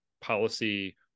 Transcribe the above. policy